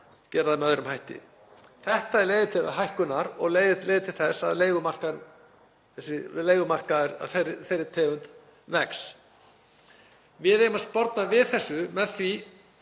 gera það með öðrum hætti. Þetta leiðir til hækkunar og leiðir til þess að leigumarkaður af þeirri tegund vex. Við eigum að sporna við þessu. Þegar